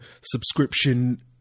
subscription